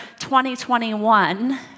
2021